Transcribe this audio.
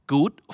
Good